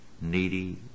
needy